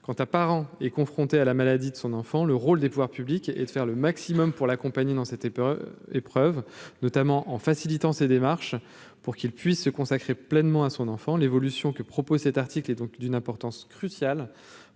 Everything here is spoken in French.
point quant est confrontée à la maladie de son enfant, le rôle des pouvoirs publics et de faire le maximum pour l'accompagner dans cette épreuve, épreuve, notamment en facilitant ses démarches pour qu'ils puissent se consacrer pleinement à son enfant l'évolution que propose cet article et donc d'une importance cruciale